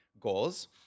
goals